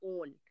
own